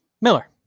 Miller